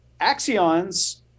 axions